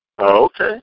Okay